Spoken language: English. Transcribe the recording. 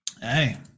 hey